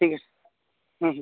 ठीक आहे